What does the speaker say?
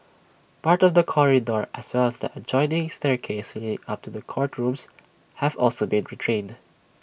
part of the corridor as well as the adjoining staircase leading up to the courtrooms have also been retained